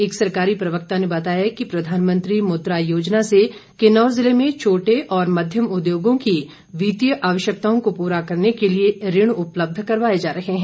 एक सरकारी प्रवक्ता ने बताया कि प्रधानमंत्री मुद्रा योजना से किन्नौर जिले में छोटे और मध्यम उद्योगों की वित्तीय आवश्यकताओं को पूरा करने के लिए ऋण उपलब्ध करवाए जा रहे हैं